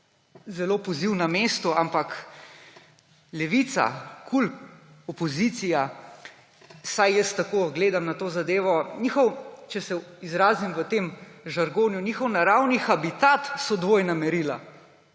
zelo zelo na mestu, ampak Levica, opozicija KUL, vsaj jaz tako gledam na to zadevo – če se izrazim v tem žargonu, njihov naravni habitat so dvojna merila.